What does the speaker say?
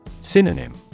Synonym